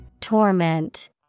Torment